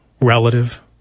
relative